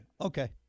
Okay